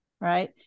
right